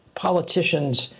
politicians